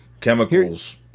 chemicals